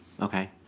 Okay